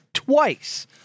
Twice